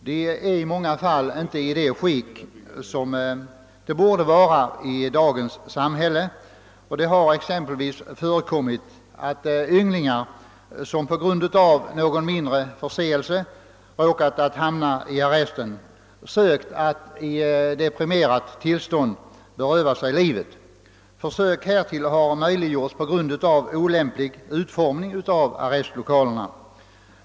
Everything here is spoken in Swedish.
De är i många fall inte i det skick som de borde vara i dagens samhälle. Det har exempelvis förekommit att ynglingar, som på grund av någon mindre förseelse hamnat i arresten, sökt att i deprimerat tillstånd beröva sig livet. Försök härtill har möjliggjorts på grund av olämplig utformning av arrestlokalerna.